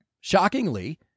shockingly